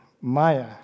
Maya